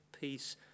peace